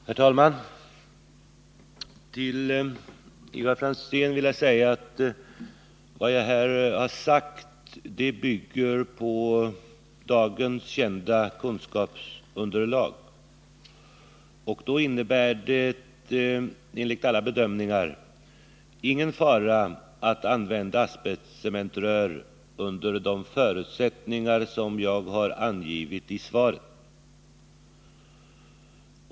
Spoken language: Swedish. Herr talman! Till Ivar Franzén vill jag säga att vad jag här har sagt bygger på dagens kända kunskapsunderlag. Då innebär det enligt alla bedömningar ingen fara med att använda asbestcementrör under de förutsättningar som jag har angivit i svaret.